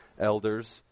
elders